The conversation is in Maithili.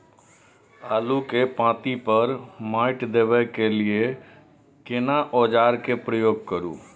आलू के पाँति पर माटी देबै के लिए केना औजार के प्रयोग करू?